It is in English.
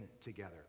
together